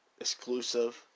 exclusive